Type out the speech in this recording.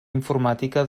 informàtica